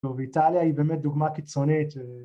ואיטליה היא באמת דוגמה קיצונית